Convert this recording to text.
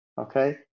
okay